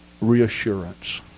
reassurance